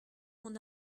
mon